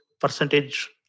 percentage